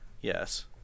Yes